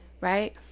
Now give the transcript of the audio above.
Right